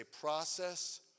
process